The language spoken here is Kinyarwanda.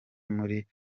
muri